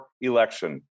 Election